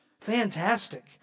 Fantastic